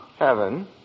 Heaven